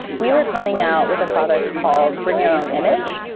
we were coming out with a product called bring your own image.